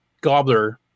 Gobbler